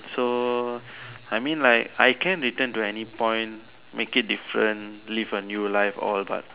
so I mean like I can return to any point make it different live a new life all but